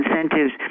incentives